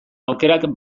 aukerak